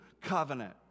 covenant